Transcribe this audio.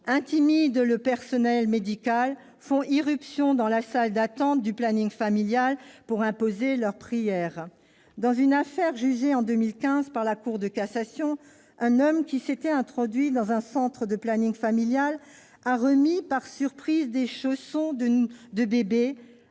intimident le personnel médical ou font irruption dans la salle d'attente du planning familial pour imposer leurs prières. Dans une affaire jugée en 2015 par la Cour de cassation, un homme, après s'être introduit dans un centre du planning familial, a remis par surprise des chaussons de bébé